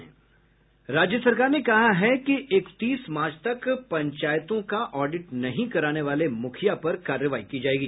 राज्य सरकार ने कहा है कि इकतीस मार्च तक पंचायतों को ऑडिट नहीं कराने वाले मुखिया पर कार्रवाई की जायेगी